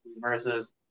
versus –